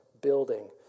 building